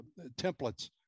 templates